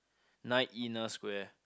nine inner square